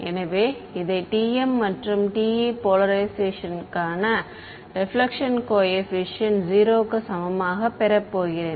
எனவே இதை TM மற்றும் TE போலரைஷேஷன்கான ரெபிலெக்ஷன் கோஏபிசியன்ட் 0 க்கு சமமாகப் பெறப்போகிறேன்